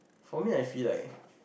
for me I feel like